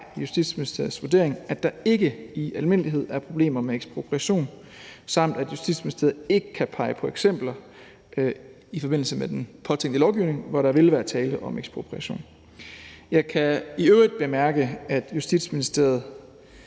Justitsministeriets vurdering, at der ikke i almindelighed er problemer med ekspropriation, samt at Justitsministeriet ikke kan pege på eksempler, hvor der i forbindelse med den påtænkte lovgivning vil være tale om ekspropriation. Jeg kan i øvrigt bemærke, at Justitsministeriet